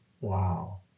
Wow